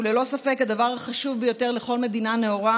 שהוא ללא ספק הדבר החשוב ביותר לכל מדינה נאורה